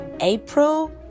April